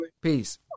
Peace